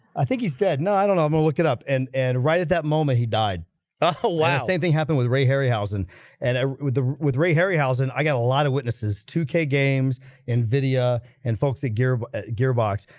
i think he's dead. no. i don't know i'm gonna look it up and and right at that moment he died oh wow anything happened with ray harryhausen and with the with ray harryhausen, i got a lot of witnesses two k games nvidia and folks at gear but gearbox,